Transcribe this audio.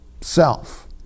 self